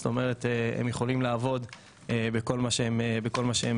זאת אומרת שהם יכולים לעבוד בכל מה שהם רוצים.